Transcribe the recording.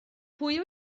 pwy